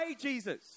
Jesus